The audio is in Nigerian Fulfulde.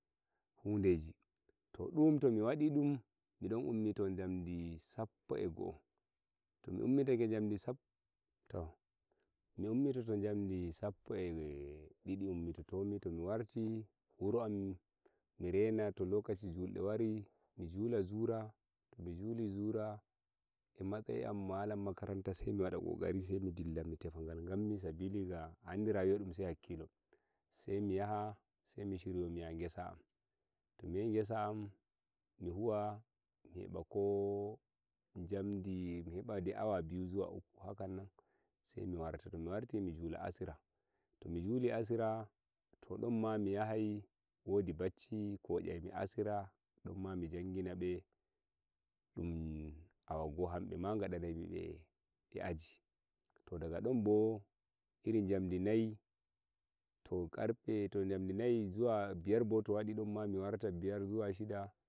hundeji to dum to mi wadi dum mi don ummito jamdi sappo e go'o to mi ummitake jamdi sapp to mi ummitoto jamdi sappo e didi ummitoto mi to mi warti wuro am mi rena to lokaci julde wari mi jula zura to mi juli zura e matsayi am malam makaranta sei mi wada kokari mi dilla mi tefa ngal ganmi sabili ga a andi rayuwa dum sei e hakkilo sei mi yaha sei mi shiryo mi ya ngesa am to mi yahi ngesa am mi huwa mi heba ko jamdi mi heba dei awa biyu zuwa uku hakan nan sei mi warta to mi warti sei mi jula asira to mi juli asira to don ma mi yahai wodi bacci koyai mi asira don ma mi njangina be dum awa go'o hambe ma ngadainai mi be e aji to daga don bo iri jamdi nayi to karfe to jamdi nayi zuwa biyar bo to wadi don ma mi warta biyar zuwa shida